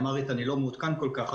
לגבי אמהרית אני לא מעודכן כל כך,